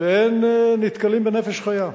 ואין נתקלים בנפש חיה.